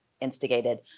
instigated